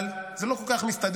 אבל זה לא כל כך מסתדר,